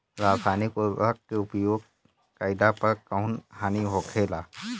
रसायनिक उर्वरक के उपयोग कइला पर कउन हानि होखेला?